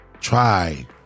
try